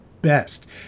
best